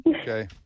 Okay